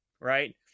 right